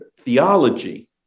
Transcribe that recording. theology